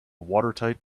watertight